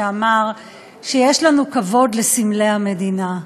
שאמר שיש לנו כבוד לסמלי המדינה.